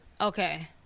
Okay